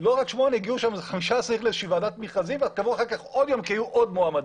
לא רק שמונה אלא 15 לוועדת מכרזים ואז קבעו עוד יום כי היו עוד מועמדים.